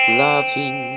laughing